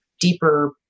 deeper